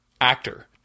actor